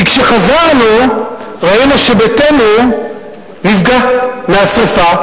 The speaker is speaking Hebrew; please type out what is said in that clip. כי כשחזרנו ראינו שביתנו נפגע מהשרפה